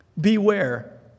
Beware